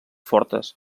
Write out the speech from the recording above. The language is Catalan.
fortes